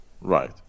Right